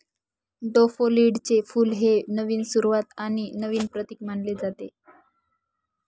डॅफोडिलचे फुल हे नवीन सुरुवात आणि नवीन प्रतीक मानले जाते